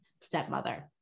stepmother